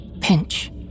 Pinch